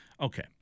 Okay